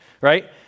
Right